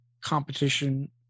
competition